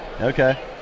Okay